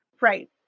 Right